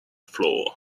floor